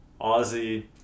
Aussie –